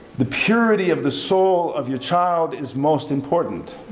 the purity of the soul of your child is most important.